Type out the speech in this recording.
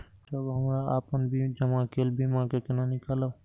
जब हमरा अपन जमा केल बीमा के केना निकालब?